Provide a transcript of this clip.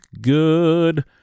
good